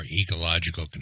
ecological